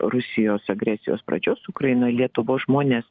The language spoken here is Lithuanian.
rusijos agresijos pradžios ukrainoj lietuvos žmonės